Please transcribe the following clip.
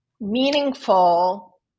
meaningful